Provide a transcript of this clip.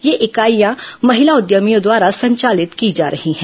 ये इकाईयां महिला उद्यमियों द्वारा संचालित की जा रही हैं